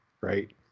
right